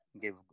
give